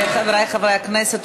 חבריי חברי הכנסת,